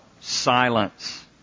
Silence